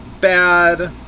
bad